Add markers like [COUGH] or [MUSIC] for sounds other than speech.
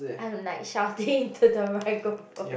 I'm like [LAUGHS] shouting into the microphone